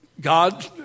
God